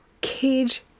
cage